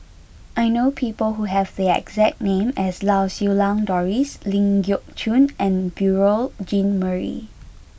I know people who have the exact name as Lau Siew Lang Doris Ling Geok Choon and Beurel Jean Marie